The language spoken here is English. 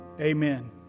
Amen